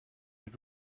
your